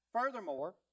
Furthermore